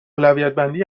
اولویتبندی